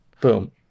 Boom